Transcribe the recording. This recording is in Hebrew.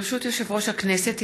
ברשות יושב-ראש הכנסת,